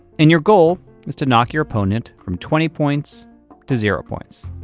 and your goal is to knock your opponent from twenty points to zero points.